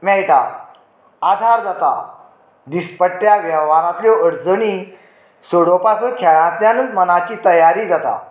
मेळटा आधार जाता दिसपट्ट्या वेव्हारांतल्यो अडचणी सोडोवपाकूय खेळांतल्यान मनाची तयारी जाता